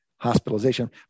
hospitalization